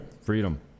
Freedom